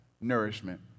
nourishment